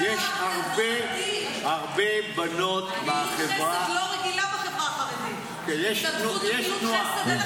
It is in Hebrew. יש הרבה בנות מהחברה --- יש התנדבות וגמילות חסדים.